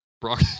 Brock